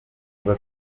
kuba